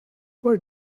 where